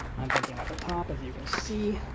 i'm venting at the top. as you can see,